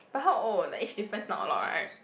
but how old the age difference not a lot right